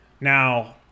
Now